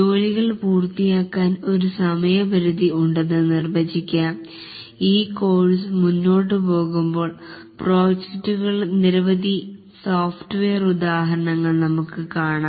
ജോലികൾ പൂർത്തിയാക്കാൻ ഒരു സമയപരിധി ഉണ്ടെന്നു നിർവചിക്കാം ഈ കോഴ്സ് മുന്നോട്ടു പോകുമ്പോൾ പ്രോജക്ടുകളുടെ നിരവധി സോഫ്റ്റ്വെയർ ഉദാഹരണങ്ങൾ നമ്മൾ കാണും